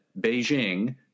Beijing